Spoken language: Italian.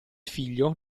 figlio